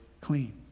clean